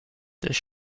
this